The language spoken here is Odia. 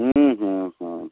ହୁଁ ହୁଁ ହୁଁ